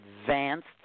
Advanced